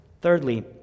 Thirdly